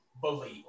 believe